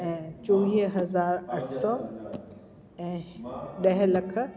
ऐं चोवीह हज़ार अठ सौ ऐं ॾह लख